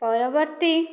ପରବର୍ତ୍ତୀ